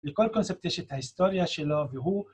לכל קונספט יש את ההיסטוריה שלו והוא